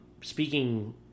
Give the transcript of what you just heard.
speaking